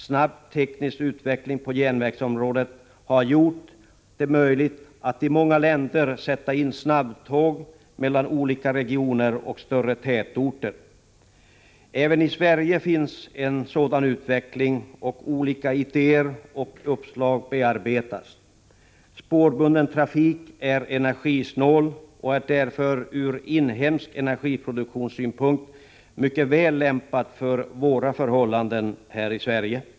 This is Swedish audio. Snabb teknisk utveckling på järnvägsområdet har gjort det möjligt att i många länder sätta in snabbtåg mellan olika regioner och större tätorter. Även i Sverige finns en sådan utveckling, och olika idéer och uppslag bearbetas. Spårbunden trafik är energisnål och därför ur inhemsk energiproduktionssynpunkt mycket väl lämpad för våra förhållanden.